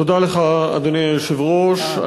אדוני היושב-ראש,